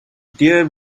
dear